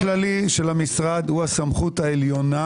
מנהל כללי של המשרד הוא הסמכות העליונה